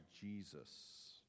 Jesus